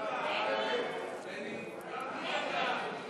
ההצעה להסיר מסדר-היום את הצעת חוק דמי